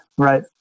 Right